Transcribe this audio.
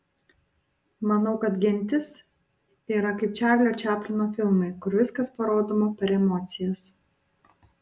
manau kad gentis yra kaip čarlio čaplino filmai kur viskas parodoma per emocijas